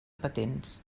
patents